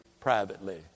privately